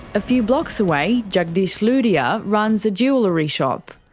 a few blocks away jagdish lodhia runs a jewellery shop.